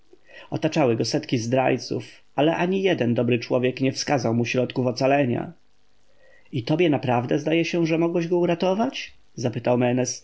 otaczały go setki zdrajców ale ani jeden dobry człowiek nie wskazał mu środków ocalenia i tobie naprawdę zdaje się że mogłeś go uratować